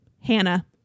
Hannah